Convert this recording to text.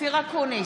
אופיר אקוניס,